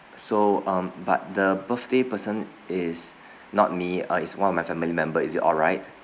so um but the birthday person is not me uh it's one of my family member is it alright